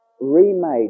remade